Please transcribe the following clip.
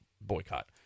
boycott